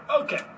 Okay